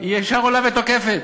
הוא עלה להסביר.